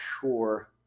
sure